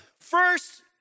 first